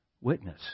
witness